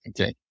Okay